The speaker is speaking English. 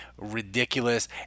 ridiculous